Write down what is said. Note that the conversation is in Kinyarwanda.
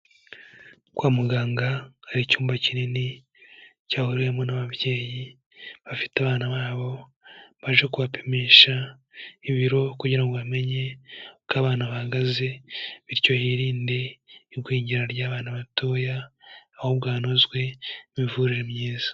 Kwa muganga hari icyumba kinini cyahuriwemo n'ababyeyi bafite abana babo baje kubapimisha ibiro, kugira ngo bamenye uko abana bahagaze, bityo hirinde igwingira ry'abana batoya, ahubwo hanozwe imivurire myiza.